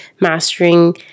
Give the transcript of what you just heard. mastering